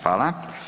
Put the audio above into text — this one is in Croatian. Hvala.